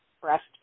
breast